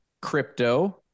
crypto